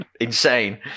Insane